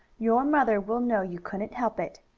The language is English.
your mother will know you couldn't help it.